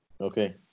okay